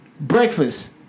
Breakfast